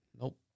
Nope